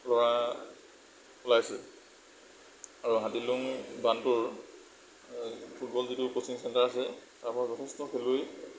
ল'ৰা ওলাইছে আৰু হাতীলুং বান্ধটোৰ ফুটবল যিটো ক'চিং চেণ্টাৰ আছে তাৰ পৰা যথেষ্ট খেলুৱৈ